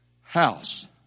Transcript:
house